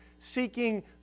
seeking